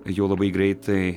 jau labai greitai